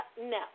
no